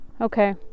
Okay